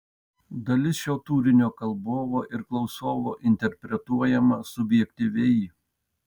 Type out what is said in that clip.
dalis šio turinio kalbovo ir klausovo interpretuojama subjektyviai